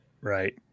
Right